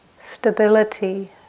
stability